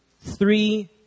three